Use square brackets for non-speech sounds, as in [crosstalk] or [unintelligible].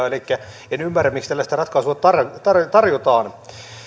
[unintelligible] elikkä en ymmärrä miksi tällaista ratkaisua tarjotaan